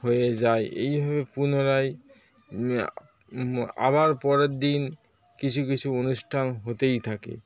হয়ে যায় এইভাবে পুনরায় আবার পরের দিন কিছু কিছু অনুষ্ঠান হতেই থাকে